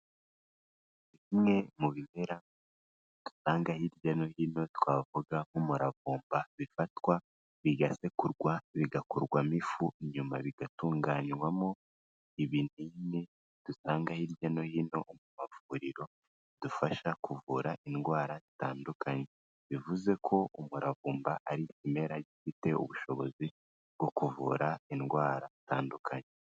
Bimwe mu bimera dusanga hirya no hino twavuga nk'umuravumba bifatwa bigasekurwa bigakorwamo ifu, nyuma bigatunganywamo ibinini dusanga hirya no hino mu mavuriro bidufasha kuvura indwara itandukanye bivuze ko umuravumba ari ikimera gifite ubushobozi bwo kuvura indwara zitandukanye.